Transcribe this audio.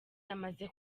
yamaze